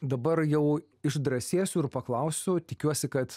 dabar jau išdrąsėsiu ir paklausiu tikiuosi kad